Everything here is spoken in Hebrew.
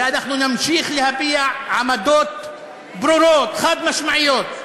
ואנחנו נמשיך להביע עמדות ברורות, חד-משמעיות,